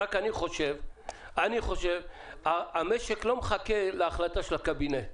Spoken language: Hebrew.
אני חושב שהמשק לא מחכה להחלטה של הקבינט.